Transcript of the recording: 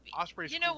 Osprey's